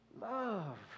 love